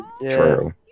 True